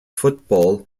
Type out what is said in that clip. football